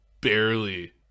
barely